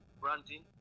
branding